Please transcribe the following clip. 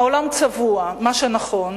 העולם צבוע, מה שנכון,